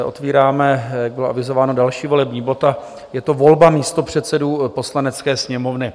Otvíráme jak bylo avizováno další volební bod, a je to volba místopředsedů Poslanecké sněmovny.